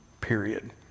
period